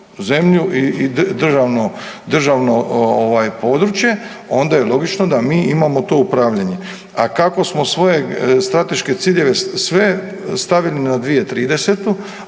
i državno područje, onda je logično da mi imamo to upravljanje. A kako smo svoje strateške ciljeve sve stavili na 2030.,